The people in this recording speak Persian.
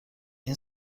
این